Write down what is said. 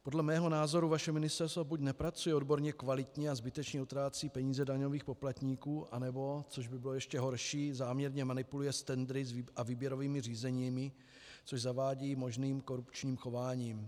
Podle mého názoru vaše ministerstvo buď nepracuje odborně kvalitně a zbytečně utrácí peníze daňových poplatníků, nebo, což by bylo ještě horší, záměrně manipuluje s tendry a výběrovými řízeními, což zavání možným korupčním chováním.